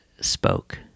spoke